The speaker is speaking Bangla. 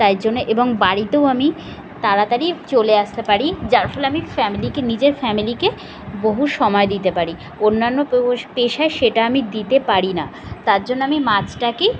তাই জন্যে এবং বাড়িতেও আমি তাড়াতাড়ি চলে আসতে পারি যার ফলে আমি ফ্যামিলিকে নিজের ফ্যামিলিকে বহু সময় দিতে পারি অন্যান্য পোশ পেশায় সেটা আমি দিতে পারি না তার জন্য আমি মাছটাকেই